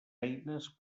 eines